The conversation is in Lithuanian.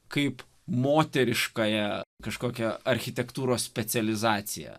kaip moteriškąją kažkokią architektūros specializaciją